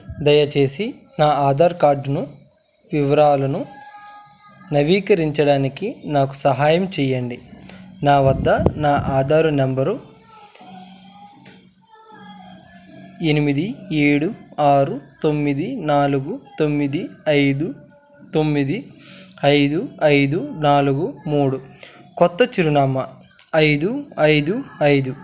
దయచేసి నా ఆధార్ కార్డును వివరాలను నవీకరించడానికి నాకు సహాయం చెయ్యండి నా వద్ద నా ఆధారు నంబరు ఎనిమిది ఏడు ఆరు తొమ్మిది నాలుగు తొమ్మిది ఐదు తొమ్మిది ఐదు ఐదు నాలుగు మూడు కొత్త చిరునామా ఐదు ఐదు ఐదు